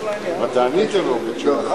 ונקי.